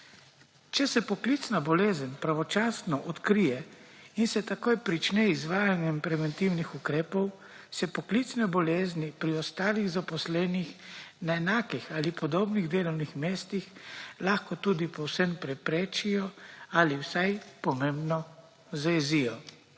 Če se poklicna bolezen pravočasno odkrije in se takoj prične z izvajanjem preventivnih ukrepov, se poklicne bolezni pri ostalih zaposlenih na enakih ali podobnih delovnih mestih lahko tudi povsem preprečijo ali vsaj pomembno zajezijo.